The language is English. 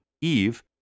Eve